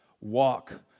Walk